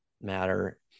matter